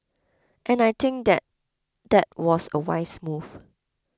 and I think that that was a wise move